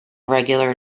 regular